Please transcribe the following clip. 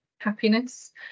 happiness